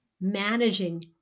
managing